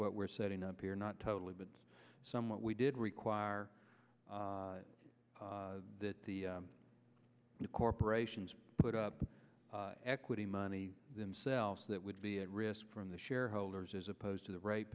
what we're setting up here not totally but somewhat we did require that the corporations put up equity money themselves that would the at risk from the shareholders as opposed to the right